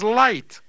light